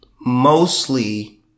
mostly